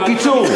בקיצור,